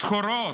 סחורות?